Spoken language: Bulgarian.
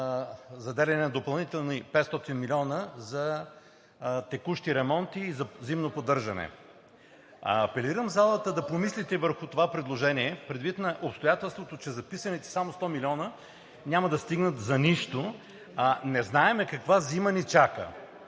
заделяне на допълнителни 500 млн. лв. за текущи ремонти и за зимно поддържане. Апелирам залата да помислите върху това предложение, предвид обстоятелството, че записаните само 100 млн. лв. няма да стигнат за нищо, а не знаем каква зима ни чака.